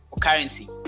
currency